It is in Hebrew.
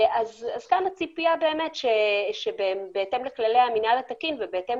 אז כאן הציפיה שבהתאם לכללי המנהל התקין ובהתאם